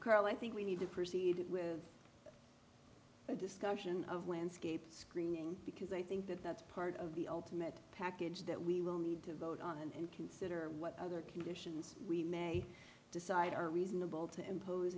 carl i think we need to proceed with a discussion of landscape screening because i think that that's part of the ultimate package that we will need to vote on and consider what other conditions we may decide are reasonable to impose